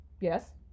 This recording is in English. Yes